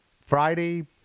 Friday